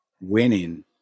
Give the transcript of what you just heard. Winning